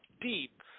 deep